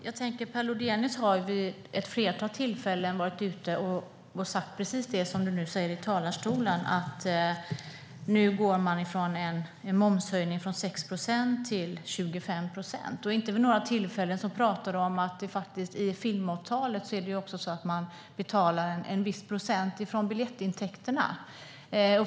Herr talman! Per Lodenius har vid ett flertal tillfällen sagt precis det som han nu säger i talarstolen, att man går från en moms på 6 procent till 25 procent. Men inte vid några tillfällen pratar han om att man genom filmavtalet betalar en viss procent av biljettintäkterna.